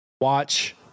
watch